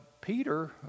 Peter